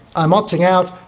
i'm opting out,